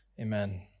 Amen